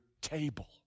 table